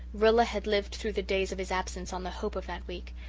rilla had lived through the days of his absence on the hope of that week,